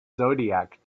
zodiac